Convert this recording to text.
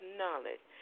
knowledge